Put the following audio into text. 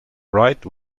wright